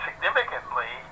Significantly